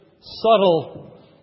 subtle